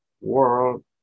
world